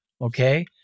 okay